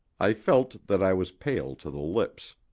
i felt that i was pale to the lips.